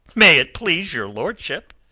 may it please your lordship,